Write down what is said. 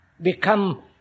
become